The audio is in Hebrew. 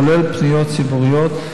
כולל פניות ציבוריות,